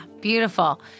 beautiful